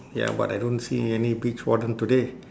ya but I don't see any beach warden today